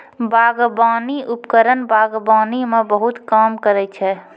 बागबानी उपकरण बागबानी म बहुत काम करै छै?